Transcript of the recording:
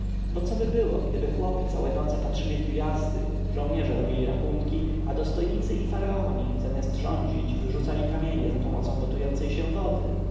bo coby było gdyby chłopi całe noce patrzyli w gwiazdy żołnierze robili rachunki a dostojnicy i faraon zamiast rządzić wyrzucali kamienie zapomocą gotującej się wody